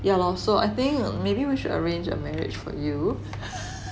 ya lor so I think maybe we should arrange a marriage for you